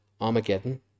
Armageddon